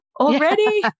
already